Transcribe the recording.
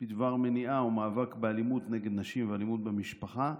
בדבר מניעה ומאבק באלימות נגד נשים ואלימות במשפחה,